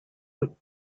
would